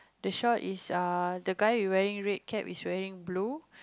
the shaw is err the guy who wearing red cap is wearing blue